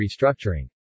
restructuring